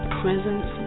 presence